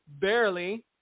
barely